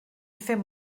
fem